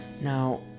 Now